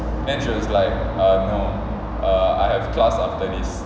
then she was like uh no uh I have class after this